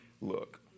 Look